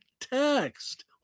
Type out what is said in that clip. text